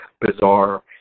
bizarre